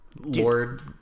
Lord